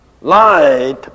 Light